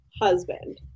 husband